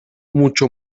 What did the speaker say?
mucho